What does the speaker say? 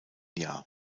jahr